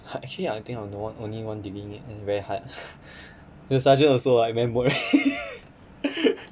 ha actually I think I'm the one only one digging it very hard the sergeant also I remember